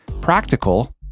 practical